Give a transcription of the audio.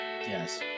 Yes